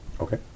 Okay